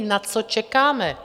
Na co čekáme?